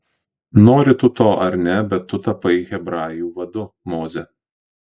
nori tu to ar ne bet tu tapai hebrajų vadu moze